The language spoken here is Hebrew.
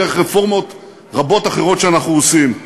דרך רפורמות רבות אחרות שאנחנו עושים.